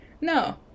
no